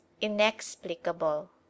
inexplicable